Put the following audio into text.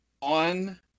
on